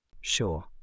Sure